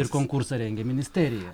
ir konkursą rengė ministerija